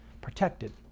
protected